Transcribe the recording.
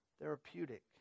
Therapeutic